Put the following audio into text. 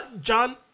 John